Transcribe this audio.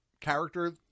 character